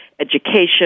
education